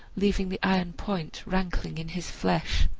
leaving the iron point rankling in his flesh.